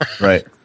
Right